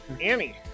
Annie